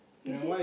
you see